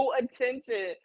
attention